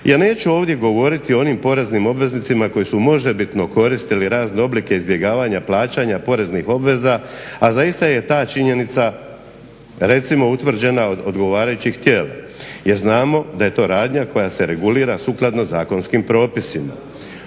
Ja neću ovdje govoriti o onim poreznim obveznicima koji su možebitno koristili razne oblike izbjegavanja plaćanja poreznih obveza, a zaista je ta činjenica recimo utvrđena od odgovarajućih tijela. Jer znamo da je to radnja koja se regulira sukladno zakonskim propisima.